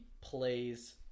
plays